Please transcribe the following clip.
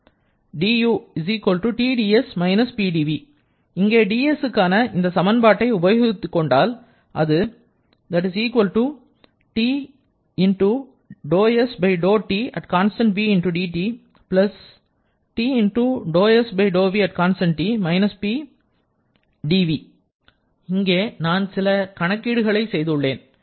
du TdS - Pdv இங்கே dsக்கான இந்த சமன்பாட்டை உபயோகித்துக் கொண்டால் என்றால் அது இங்கே நான் சில கணக்கீடுகளை செய்துள்ளேன்